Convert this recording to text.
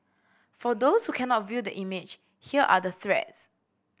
for those who cannot view the image here are the threats